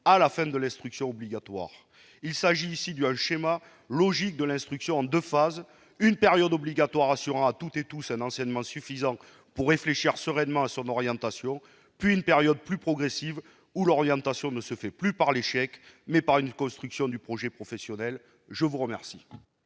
à la fin de l'instruction obligatoire. Il s'agit ici du schéma logique de l'instruction en deux phases : une période obligatoire assurant à toutes et à tous un enseignement suffisant pour réfléchir sereinement à son orientation, puis une période plus progressive au cours de laquelle l'orientation ne se fait plus par l'échec, mais par une construction du projet professionnel. L'amendement